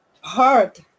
hard